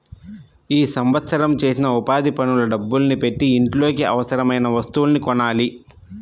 ఈ సంవత్సరం చేసిన ఉపాధి పనుల డబ్బుల్ని పెట్టి ఇంట్లోకి అవసరమయిన వస్తువుల్ని కొనాలి